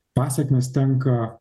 pasekmės tenka